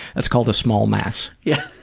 that's called a small mass. yeah.